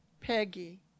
Peggy